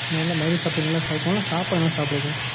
முதல்ல மருந்து சத்து நல்லா சாப்பிட்ணும் நல்லா சாப்பாடு நல்லா சாப்பிடுங்க